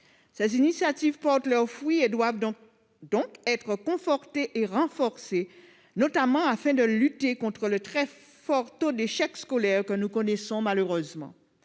Ces initiatives portent leurs fruits. Elles doivent donc être confortées et renforcées, afin de lutter notamment contre le très fort taux d'échec scolaire que nous connaissons malheureusement.